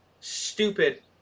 stupid